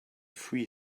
free